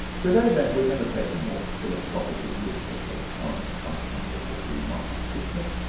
today then, we're going to take a more philosophical look at the current functioning of the free market system,